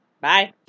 Bye